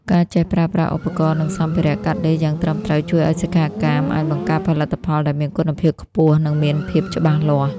ការចេះប្រើប្រាស់ឧបករណ៍ និងសម្ភារៈកាត់ដេរយ៉ាងត្រឹមត្រូវ ជួយឱ្យសិក្ខាកាមអាចបង្កើតផលិតផលដែលមានគុណភាពខ្ពស់ និងមានភាពច្បាស់លាស់។